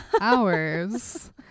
hours